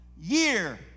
year